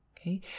Okay